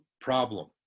problem